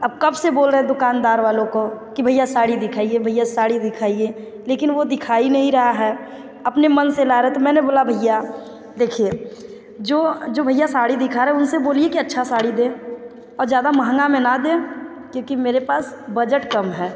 अब कब से बोल रहे दुकानदार वालों को कि भैया साड़ी दिखाइए भैया साड़ी दिखाइए लेकिन वो दिखा ही नहीं रहा है अपने मन से ला रहा तो मैंने बोला भैया देखिए जो जो भैया साड़ी दिखा रहे उनसे बोलिए कि अच्छी साड़ी दें और ज़्यादा महंगे में ना दें क्योंकि मेरे पास बजट कम है